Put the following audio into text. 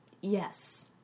Yes